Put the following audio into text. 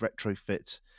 retrofit